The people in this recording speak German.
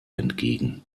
entgegen